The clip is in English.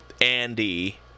Andy